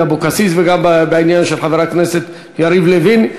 אבקסיס וגם בעניין של חבר הכנסת יריב לוין.